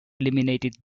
eliminated